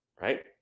right